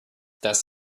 das